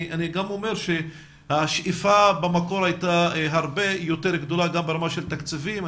אני גם אומר שהשאיפה במקור הייתה הרבה יותר גדולה גם ברמה של תקציבים.